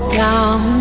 down